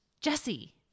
Jesse